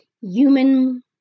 human